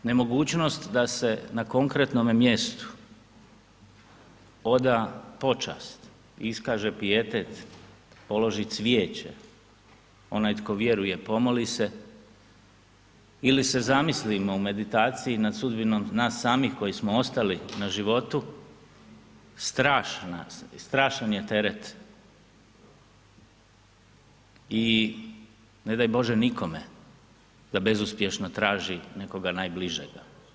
Nemogućnost da se na konkretnome mjestu oda počast i iskaže pijetet, položi cvijeće, onaj tko vjeruje pomoli se, ili se zamislimo u meditaciji nad sudbinom nas samih koji smo ostali na životu, strašna, strašan je teret i ne daj Bože nikome da bezuspješno traži nekoga najbližega.